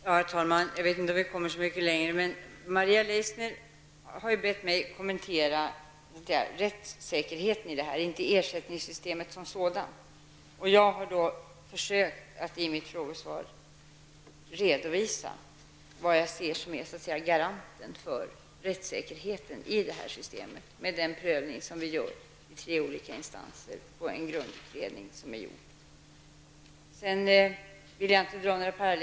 Herr talman! Jag vet inte om vi har kommit så mycket längre. Maria Leissner har bett mig att kommentera rättssäkerheten, inte ersättningssystemet som sådant. Jag har försökt att i mitt frågesvar redovisa vad jag ser som garanten för rättssäkerheten i det här systemet med den prövning som görs i tre olika instanser baserad på den grundläggande utredningen.